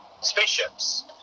spaceships